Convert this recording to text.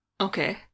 Okay